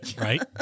right